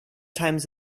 times